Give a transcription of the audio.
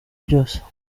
byose